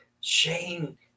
Shane